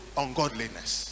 ungodliness